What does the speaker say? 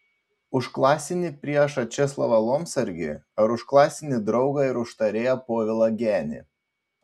už klasinį priešą česlovą lomsargį ar už klasinį draugą ir užtarėją povilą genį